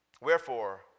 Wherefore